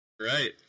Right